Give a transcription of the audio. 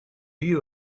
you